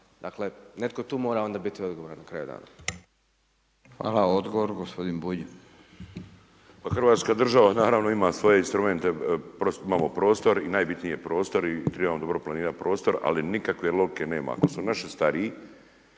Dakle netko tu mora onda biti odgovoran na kraju dana. **Radin, Furio (Nezavisni)** Hvala. Odgovor gospodin Bulj. **Bulj, Miro (MOST)** Pa Hrvatska država naravno ima svoje instrumente, imamo prostor i najbitniji je prostor i trebamo dobro planirati prostor ali nikakve logike nema. Ako su naši stariji